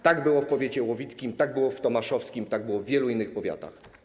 Tak było w powiecie łowickim, tak było w tomaszowskim, tak było w wielu innych powiatach.